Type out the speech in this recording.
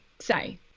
say